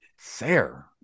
Sarah